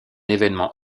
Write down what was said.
évènement